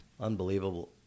Unbelievable